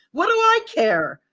what do i care?